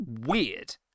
weird